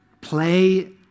Play